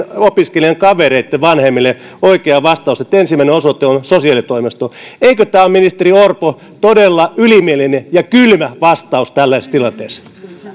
opiskelijan kavereitten vanhemmille oikea vastaus että ensimmäinen osoite on sosiaalitoimisto eikö tämä ole ministeri orpo todella ylimielinen ja kylmä vastaus tällaisessa tilanteessa